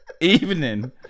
evening